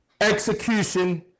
execution